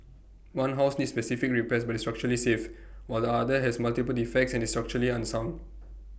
one house needs specific repairs but is structurally safe while the other has multiple defects and is structurally unsound